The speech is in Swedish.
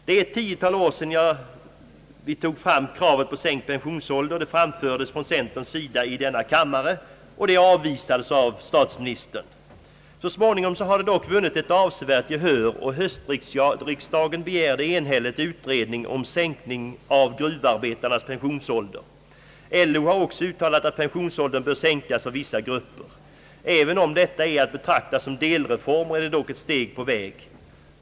Det är ett tiotal år sedan kravet på sänkt pensionsålder framfördes från centerns sida i denna kammare, och det avvisades då av statsministern. Så småningom har det dock vunnit ett avsevärt gehör, och höstriksdagen begärde en hälligt utredning om sänkning av gruvarbetarnas pensionsålder. LO har också uttalat att pensionsåldern bör sänkas för vissa grupper. Även om detta är att betrakta som delreformer, är det dock ett steg på väg.